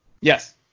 yes